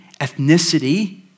ethnicity